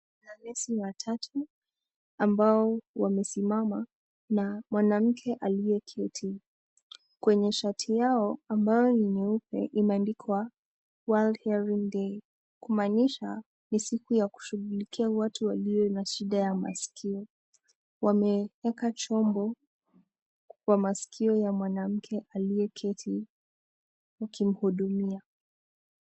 manesi watatu, ambao wamesimama na mwanamke aliyeketi. Kwenye shati yao, ambayo ni nyeupe, imeandikwa World Hearing Day , kumaanisha ni siku ya kushughulikia watu walio na shida ya maskio. Wameweka chombo kwa maskio ya mwanamke aliyeketi, wakimhudumia.